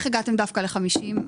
איך הגעתם דווקא לגיל 50?